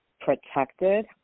protected